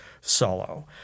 solo